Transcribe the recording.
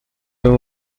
même